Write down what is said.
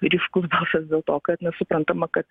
ryškus balsas dėl to kad na suprantama kad